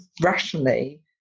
rationally